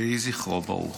יהי זכרו ברוך.